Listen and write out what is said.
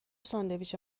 ساندویچ